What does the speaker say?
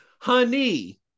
honey